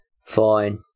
Fine